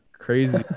crazy